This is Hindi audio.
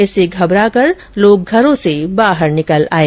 इससे घबराकर लोग घरों से बाहर निकल आये